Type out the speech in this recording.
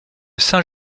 saint